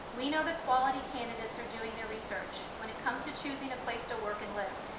we know the quality candidates are doing their research. when it comes to choosing a place to work and live,